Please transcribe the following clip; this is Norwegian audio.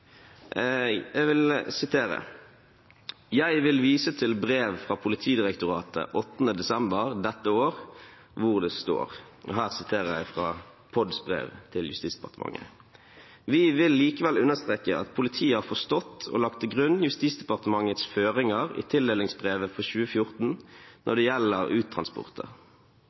Jeg vil sitere: «… vil jeg vise til brev fra politidirektoratet 8. desember d.å. hvor det står: «Vi vil likevel understreke at politiet har forstått og lagt til grunn Justisdepartementets føringer i tildelingsbrevet for 2014 når